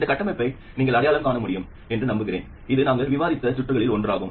இந்த கட்டமைப்பை நீங்கள் அடையாளம் காண முடியும் என்று நம்புகிறேன் இது நாங்கள் விவாதித்த சுற்றுகளில் ஒன்றாகும்